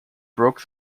broke